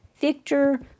Victor